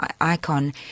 icon